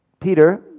Peter